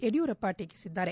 ಯಡಿಯೂರಪ್ಪ ಟೀಕಿಸಿದ್ದಾರೆ